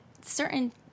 certain